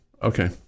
Okay